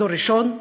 דור ראשון,